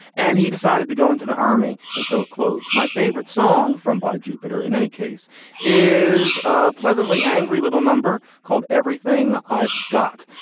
and he decided to go into the army. and so close. my favorite song from by jupiter in any case is ah pleasantly angry little number called everything i've got.